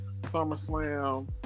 SummerSlam